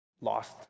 lost